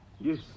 Yes